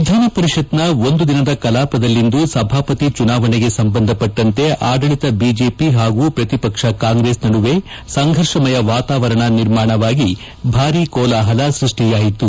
ವಿಧಾನಪರಿಷತ್ನ ಒಂದು ದಿನದ ಕಲಾಪದಲ್ಲಿಂದು ಸಭಾಪತಿ ಚುನಾವಣೆಗೆ ಸಂಬಂಧಪಟ್ಟಂತೆ ಆದಳಿತ ಬಿಜೆಪಿ ಹಾಗೂ ಪ್ರತಿಪಕ್ಷ ಕಾಂಗ್ರೆಸ್ ನಡುವೆ ಸಂಘರ್ಷಮಯ ವಾತಾವರಣ ನಿರ್ಮಾಣವಾಗಿ ಭಾರೀ ಕೋಲಾಹಲ ಸೃಷ್ಟಿಸಿತು